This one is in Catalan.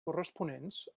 corresponents